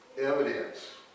Evidence